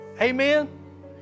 Amen